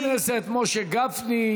חבר הכנסת משה גפני,